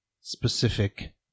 specific